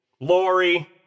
Lori